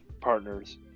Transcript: partners